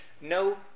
no